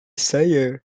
saya